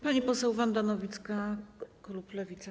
Pani poseł Wanda Nowicka, klub Lewica.